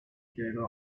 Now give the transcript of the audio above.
gave